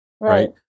right